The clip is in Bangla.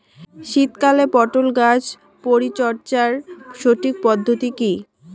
শীতকালে পটল গাছ পরিচর্যার সঠিক পদ্ধতি কী?